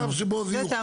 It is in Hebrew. זה השלב שבו זה יוכרע.